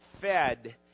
fed